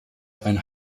ein